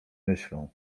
myślał